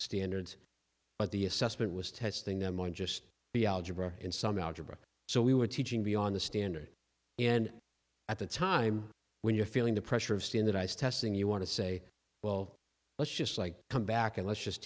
standards but the assessment was testing them on just the algebra and some algebra so we were teaching beyond the standard and at the time when you're feeling the pressure of standardized testing you want to say well let's just like come back and let's just